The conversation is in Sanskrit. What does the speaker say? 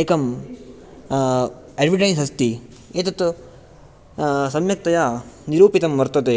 एकं अड्वटैस् अस्ति एतत् सम्यक्तया निरूपितं वर्तते